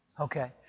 Okay